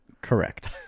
Correct